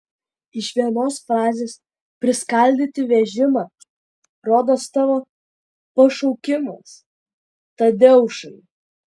iš vienos frazės priskaldyti vežimą rodos tavo pašaukimas tadeušai